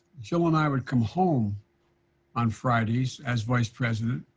joe and i would come home on fridays, as vice president,